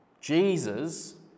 Jesus